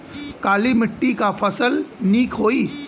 काली मिट्टी क फसल नीक होई?